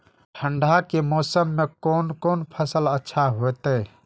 ठंड के मौसम में कोन कोन फसल अच्छा होते?